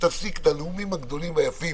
ותפסיק את הנאומים הגדולים והיפים,